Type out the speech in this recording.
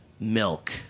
Milk